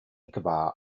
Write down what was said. nicobar